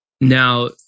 Now